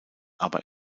aber